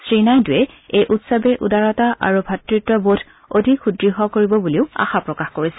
শ্ৰী নাইডুৱে এই উৎসৱে উদাৰতা আৰু ভাতৃত্ববোধ অধিক সুদ্য় কৰিব বুলি আশা প্ৰকাশ কৰিছে